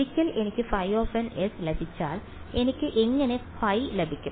ഒരിക്കൽ എനിക്ക് ϕn s ലഭിച്ചാൽ എനിക്ക് എങ്ങനെ ϕ ലഭിക്കും